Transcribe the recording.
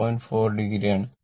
4 o ആണ്